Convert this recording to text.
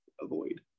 avoid